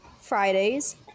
Fridays